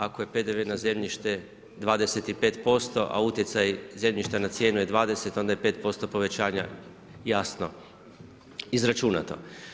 Ako je PDV na zemljište 25%, a utjecaj zemljišta na cijenu je 20 onda je 5% povećanja jasno izračunato.